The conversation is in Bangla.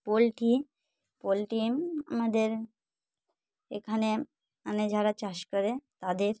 পোলট্রি পোলট্রি আমাদের এখানে মানে যারা চাষ করে তাদের